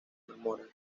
enamoran